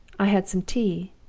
i had some tea,